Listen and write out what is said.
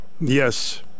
Yes